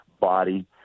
body